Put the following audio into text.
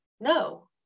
no